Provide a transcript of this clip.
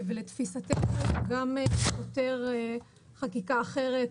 ולתפיסתנו גם סותר חקיקה אחרת,